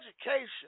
education